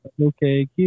Okay